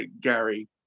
Gary